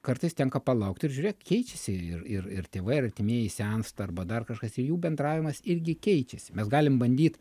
kartais tenka palaukt ir žiūrėk keičiasi ir ir ir tėvai ir artimieji sensta arba dar kažkas ir jų bendravimas irgi keičiasi mes galim bandyt